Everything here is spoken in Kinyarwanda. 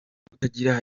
kutagira